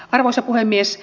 arvoisa puhemies